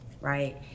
right